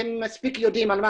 אתם יכולים להבין על מי